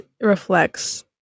reflects